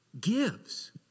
gives